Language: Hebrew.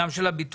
גם של הביטוח,